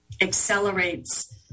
accelerates